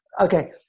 Okay